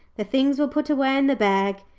the things were put away in the bag,